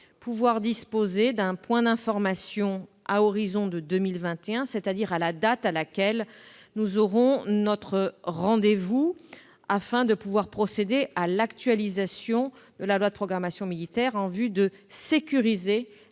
pouvoir disposer d'un point d'information à horizon de 2021, qui est la date à laquelle nous aurons notre rendez-vous, afin de pouvoir procéder à l'actualisation de la loi de programmation militaire en vue de sécuriser